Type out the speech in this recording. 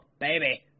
baby